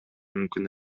мүмкүн